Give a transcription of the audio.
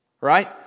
right